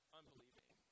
unbelieving